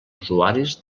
usuaris